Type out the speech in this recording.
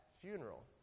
funeral